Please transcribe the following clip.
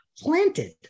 planted